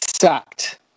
Sucked